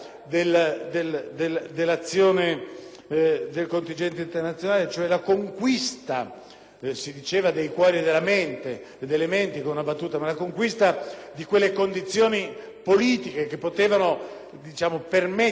conquista dei cuori e delle menti, cioè la conquista di quelle condizioni politiche che potevano permettere un successo dell'iniziativa), appare sempre più in difficoltà.